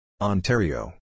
Ontario